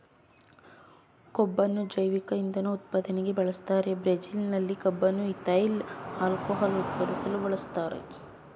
ಕಬ್ಬುನ್ನು ಜೈವಿಕ ಇಂಧನ ಉತ್ಪಾದನೆಗೆ ಬೆಳೆಸ್ತಾರೆ ಬ್ರೆಜಿಲ್ನಲ್ಲಿ ಕಬ್ಬನ್ನು ಈಥೈಲ್ ಆಲ್ಕೋಹಾಲ್ ಉತ್ಪಾದಿಸಲು ಬಳಸ್ತಾರೆ